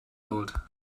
old